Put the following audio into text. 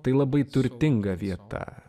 tai labai turtinga vieta